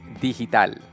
digital